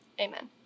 Amen